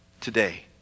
today